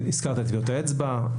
הזכרת את טביעות האצבע,